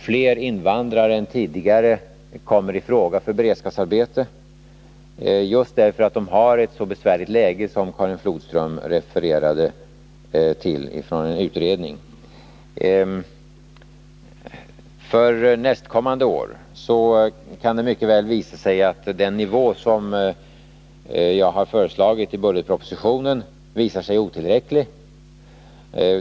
Fler invandrare än tidigare kommer i fråga för beredskapsarbete, just därför att de har ett så besvärligt läge, som Karin Flodström sade med hänvisning till den utredning hon refererade. För nästkommande år kan kanske den nivå som jag har föreslagit i budgetpropositionen visa sig otillräcklig.